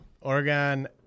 Oregon